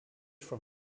from